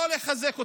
לא לחזק אותן.